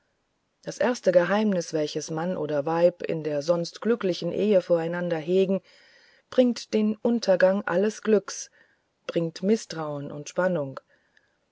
das erste geheimnis welches mann oder weib in der sonst glücklichen ehe voreinander hegen bringt den untergang alles glücks bringt mißtrauen und spannung